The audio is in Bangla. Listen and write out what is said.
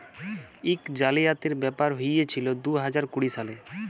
ইক জালিয়াতির ব্যাপার হঁইয়েছিল দু হাজার কুড়ি সালে